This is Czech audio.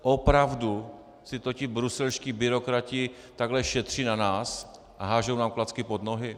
Opravdu si to ti bruselští byrokrati takhle šetří na nás a hážou nám klacky pod nohy?